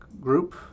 group